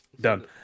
done